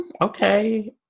okay